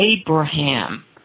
Abraham